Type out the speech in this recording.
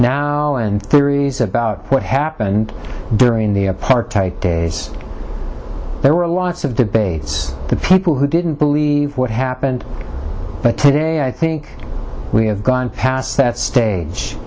now and theories about what happened during the apartheid days there were lots of debates the people who didn't believe what happened but today i think we have gone past that stage